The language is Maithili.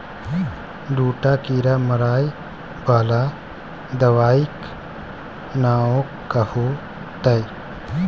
दूटा कीड़ा मारय बला दबाइक नाओ कहू तए